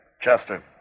Chester